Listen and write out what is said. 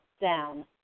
down